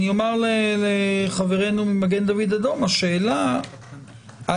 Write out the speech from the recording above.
אני אומר לחברנו ממגן דוד אדום שהשאלה האם